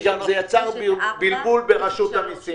כי זה יצר בלבול ברשות המיסים,